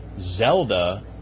Zelda